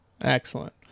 Excellent